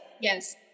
yes